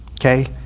Okay